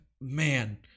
man